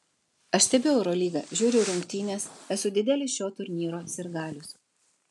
aš stebiu eurolygą žiūriu rungtynes esu didelis šio turnyro sirgalius